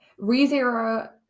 ReZero